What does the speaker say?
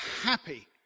happy